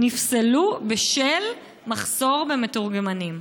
נפסלו בשל מחסור במתורגמנים?